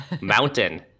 mountain